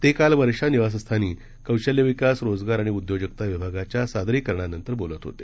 ते काल वर्षा निवासस्थानी कौशल्य विकास रोजगार आणि उद्योजकता विभागाच्या सादरीकरणानंतर बोलत होते